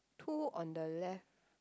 two on the left